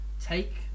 Take